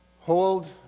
hold